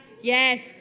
Yes